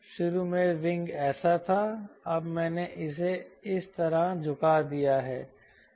शुरू में विंग ऐसा था अब मैंने इसे इस तरह झुका दिया है